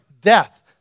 Death